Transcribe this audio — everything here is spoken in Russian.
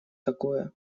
такое